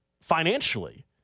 financially